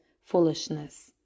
foolishness